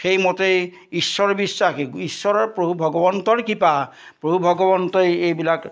সেইমতেই ঈশ্বৰ বিশ্বাসী ঈশ্বৰৰ প্ৰভূ ভগৱন্তৰ কিবা প্ৰভূ ভগৱন্তই এইবিলাক